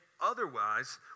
Otherwise